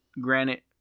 granite